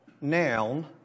noun